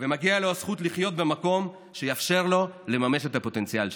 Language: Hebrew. ומגיעה לו הזכות לחיות במקום שיאפשר לו לממש את הפוטנציאל שלו.